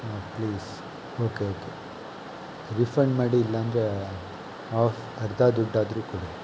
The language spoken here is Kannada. ಹಾಂ ಪ್ಲೀಸ್ ಓಕೆ ಓಕೆ ರಿಫಂಡ್ ಮಾಡಿ ಇಲ್ಲಾಂದರೆ ಹಾಫ್ ಅರ್ಧ ದುಡ್ಡಾದರೂ ಕೊಡಿ